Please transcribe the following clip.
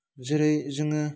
जेरै जोङो